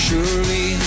Surely